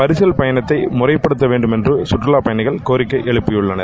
பரிசல் பயனத்தை முறைப்படுத்த வேண்டும் என்று கற்றுலாப்பயணிகள் கோரிக்கை எழுப்பியுள்ளனர்